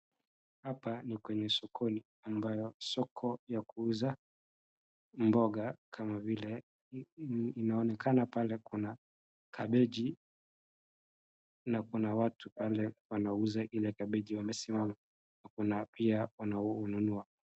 Hapa ni kwenye sokoni ambayo soko ya kuuza mboga, kama vile, inaonekana pale kuna kabeji, na kuna watu pale wanauza ile kabeji wamesimama, na kuna pia wanaonunua.